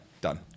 done